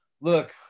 look